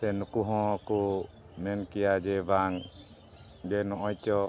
ᱥᱮ ᱱᱩᱠᱩ ᱦᱚᱸ ᱠᱚ ᱢᱮᱱ ᱠᱮᱭᱟ ᱡᱮ ᱵᱟᱝ ᱡᱮ ᱱᱚᱜ ᱚᱭ ᱪᱚ